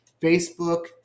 Facebook